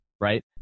right